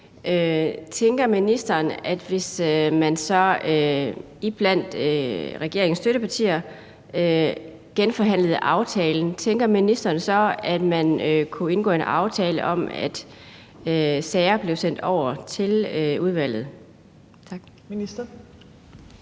tænker ministeren, at man, hvis man iblandt regeringens støttepartier genforhandlede aftalen, så kunne indgå en aftale om, at sager blev sendt over til udvalget?